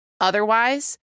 otherwise